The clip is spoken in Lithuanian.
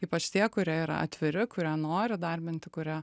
ypač tie kurie yra atviri kurie nori darbinti kurie